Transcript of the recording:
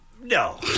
no